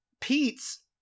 Pete's